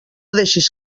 deixis